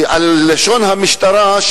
לשון המשטרה,